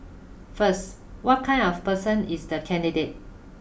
first what kind of person is the candidate